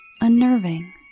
unnerving